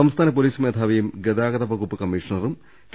സംസ്ഥാന പോലീസ് മേധാവിയും ഗതാഗതവകുപ്പ് കമ്മീഷണറും കെ